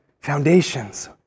foundations